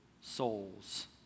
souls